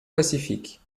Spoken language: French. pacifique